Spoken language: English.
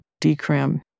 decrim